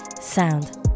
sound